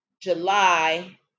july